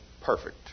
perfect